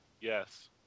Yes